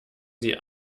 sie